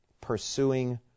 pursuing